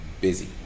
busy